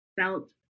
felt